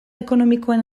ekonomikoen